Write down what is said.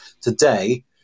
today